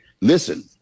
Listen